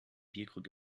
bierkrug